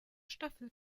staffel